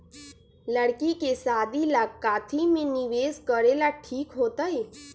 लड़की के शादी ला काथी में निवेस करेला ठीक होतई?